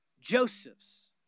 Joseph's